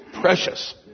precious